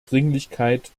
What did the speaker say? dringlichkeit